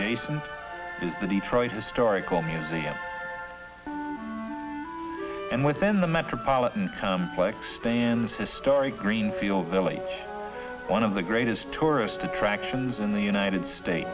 the detroit historical museum and within the metropolitan complex stands historic greenfield village one of the greatest tourist attractions in the united states